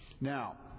Now